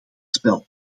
spel